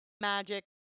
magic